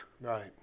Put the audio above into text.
Right